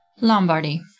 Lombardy